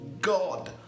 God